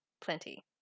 plenty